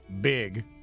Big